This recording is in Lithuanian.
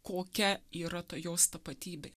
kokia yra ta jos tapatybė